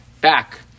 back